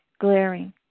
glaring